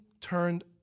turned